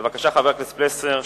בבקשה, חבר הכנסת פלסנר,